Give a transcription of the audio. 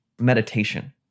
meditation